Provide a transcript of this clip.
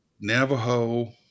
Navajo